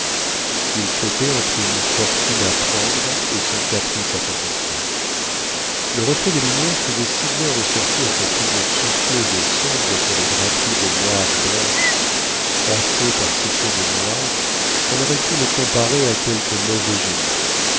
il flottait entre une fortune à prendre et son caprice à contenter le reflet des lumières faisait si bien ressortir sa figure soucieuse et sombre sur les draperies de moire blanche froissée par ses cheveux noirs qu'on aurait pu le comparer à quelque mauvais génie